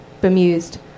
bemused